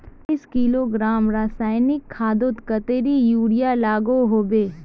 चालीस किलोग्राम रासायनिक खादोत कतेरी यूरिया लागोहो होबे?